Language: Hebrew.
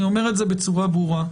אני אומר את זה בצורה ברורה.